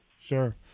Sure